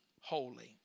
holy